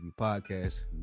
podcast